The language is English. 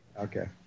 okay